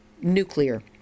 nuclear